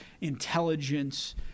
intelligence